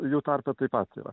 jų tarpe taip pat yra